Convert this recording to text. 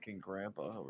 grandpa